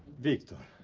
victor,